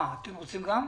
אתם רוצים גם?